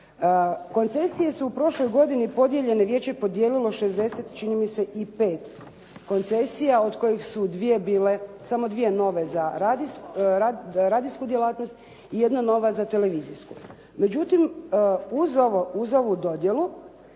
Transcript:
Koncesije su u prošloj godini podijeljene, vijeće je podijelilo 65 čini mi se koncesija, od kojih su dvije bile, samo dvije nove za radijsku djelatnost, i jedna nova za televizijsku. Međutim, uz ovu dodjelu